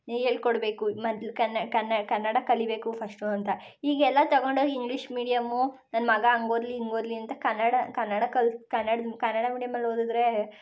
ಹೇಳ್ಕೊಡ್ಬೇಕು ಮೊದ್ಲ್ ಕನ್ನಡ ಕಲೀಬೇಕು ಫಸ್ಟು ಅಂತ ಈಗ ಎಲ್ಲ ತಗೊಂಡೋಗಿ ಇಂಗ್ಲೀಷ್ ಮೀಡಿಯಮ್ಮು ನನ್ನ ಮಗ ಹಂಗೋದ್ಲಿ ಹಿಂಗೋದ್ಲಿ ಅಂತ ಕನ್ನಡ ಕನ್ನಡ ಕಲ್ಸಿ ಕನ್ನಡದ ಕನ್ನಡ ಮೀಡಿಯಮ್ಮಲ್ಲೋದಿದ್ರೆ